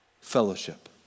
fellowship